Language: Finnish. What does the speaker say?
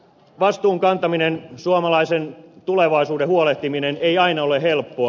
vastuun kantaminen suomalaisen tulevaisuuden huolehtiminen ei aina ole helppoa